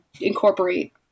incorporate